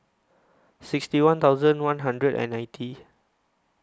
sixty one thousand one hundred and ninety